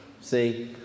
see